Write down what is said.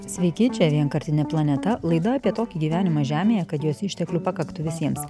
sveiki čia vienkartinė planeta laida apie tokį gyvenimą žemėje kad jos išteklių pakaktų visiems